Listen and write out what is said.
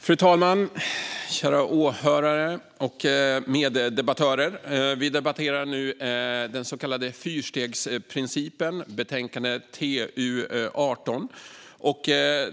Fru talman! Kära åhörare och meddebattörer! Vi debatterar nu den så kallade fyrstegsprincipen och betänkande TU18.